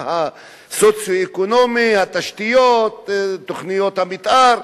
המצב הסוציו-אקונומי, התשתיות, תוכניות המיתאר.